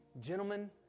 Gentlemen